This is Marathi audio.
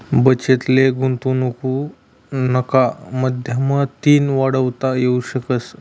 बचत ले गुंतवनुकना माध्यमतीन वाढवता येवू शकस